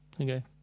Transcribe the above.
Okay